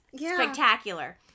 spectacular